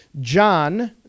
John